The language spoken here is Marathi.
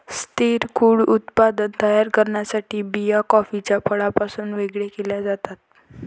स्थिर क्रूड उत्पादन तयार करण्यासाठी बिया कॉफीच्या फळापासून वेगळे केल्या जातात